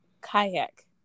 Kayak